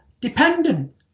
dependent